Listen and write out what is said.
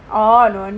orh no wonder